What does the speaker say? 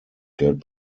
geld